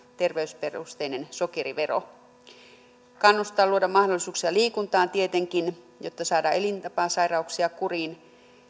terveysperusteinen sokerivero myös kannustaa luoda mahdollisuuksia liikuntaan tietenkin jotta saadaan elintapasairauksia kuriin